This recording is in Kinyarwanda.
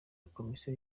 komisiyo